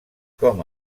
com